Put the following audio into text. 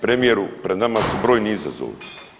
Premijeru, pred nama su brojni izazovi.